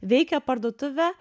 veikė parduotuvė